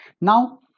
Now